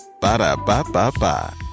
Ba-da-ba-ba-ba